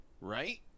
right